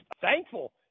thankful